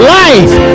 life